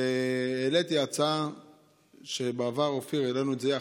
והעליתי הצעה שבעבר, אופיר, העלינו יחד: